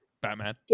Batman